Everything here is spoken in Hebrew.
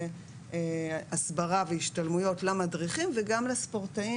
הסברה והשתלמויות למדריכים וגם לספורטאים